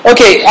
Okay